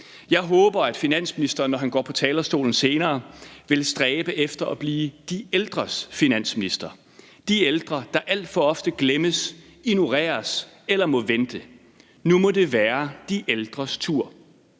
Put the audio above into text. Jeg håber, at finansministeren, når han går på talerstolen senere, vil stræbe efter at blive de ældres finansminister – de ældre, der alt for ofte glemmes, ignoreres eller må vente. Nu må det være de ældres tur.